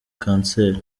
kanseri